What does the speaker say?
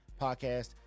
podcast